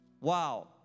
Wow